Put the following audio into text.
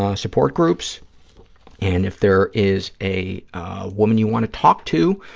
ah support groups and, if there is a woman you want to talk to,